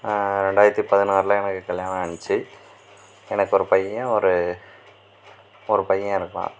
ரெண்டாயிரத்தி பதினாறில் எங்களுக்கு கல்யாணம் ஆச்சு எனக்கு ஒரு பையன் ஒரு ஒரு பையன் இருக்கான்